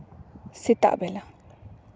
ᱥᱮᱛᱟᱜ ᱵᱮᱞᱟ